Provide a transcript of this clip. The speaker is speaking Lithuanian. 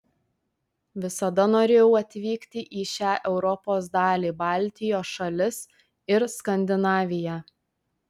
visada norėjau atvykti į šią europos dalį baltijos šalis ir skandinaviją